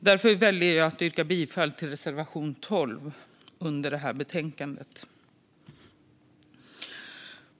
Därför väljer jag att yrka bifall till reservation 12 i detta betänkande.